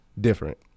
different